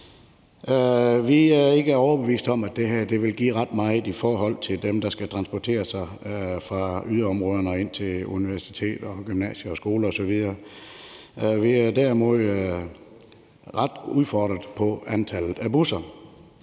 Vi er ikke overbevist om, at det her vil give ret meget for dem, der skal transportere sig fra yderområderne og ind til universiteter, gymnasier, skoler osv. Vi er derimod ret udfordrede på antallet af busser.